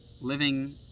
living